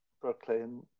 Brooklyn